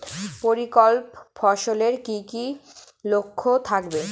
পরিপক্ক ফসলের কি কি লক্ষণ থাকবে?